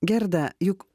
gerda juk